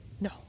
No